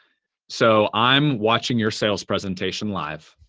so, i'm watching your sales presentation live,